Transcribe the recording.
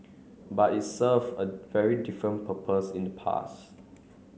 but it serve a very different purpose in the past